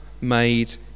made